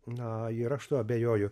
na ir aš tuo abejoju